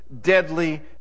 deadly